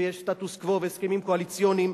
ויש סטטוס-קוו והסכמים קואליציוניים.